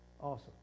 awesome